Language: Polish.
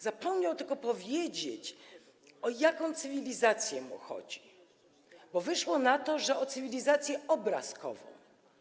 Zapomniał tylko powiedzieć, o jaką cywilizację mu chodzi, bo wyszło na to, że o cywilizacje obrazkowe.